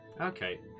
Okay